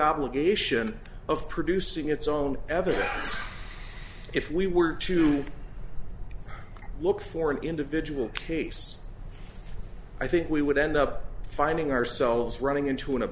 obligation of producing its own evidence if we were to look for an individual case i think we would end up finding ourselves running into an